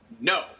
No